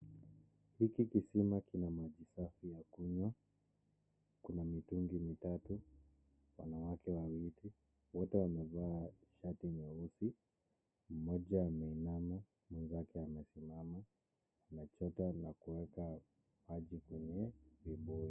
Hiki kisima kina maji safi ya kunywa, kuna mitungi mitatu wanawake wawili wote wamevaa shati nyeusi mmoja ameinama mwenzake amesimama, anachota na kuweka maji kwenye vibuyu.